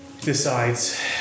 decides